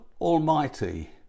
Almighty